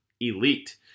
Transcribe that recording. elite